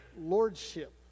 lordship